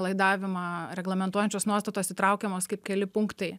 laidavimą reglamentuojančios nuostatos įtraukiamos kaip keli punktai